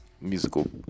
musical